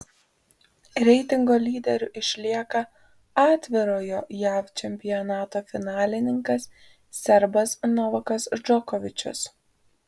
reitingo lyderiu išlieka atvirojo jav čempionato finalininkas serbas novakas džokovičius